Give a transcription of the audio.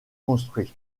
construit